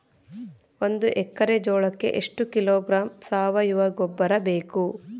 ಒಂದು ಎಕ್ಕರೆ ಜೋಳಕ್ಕೆ ಎಷ್ಟು ಕಿಲೋಗ್ರಾಂ ಸಾವಯುವ ಗೊಬ್ಬರ ಬೇಕು?